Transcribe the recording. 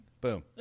Boom